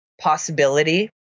possibility